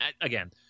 Again